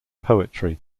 poetry